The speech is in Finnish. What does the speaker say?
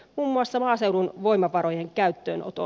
omasta maaseudun voimavarojen käyttöönotto